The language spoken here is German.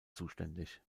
zuständig